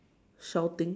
shouting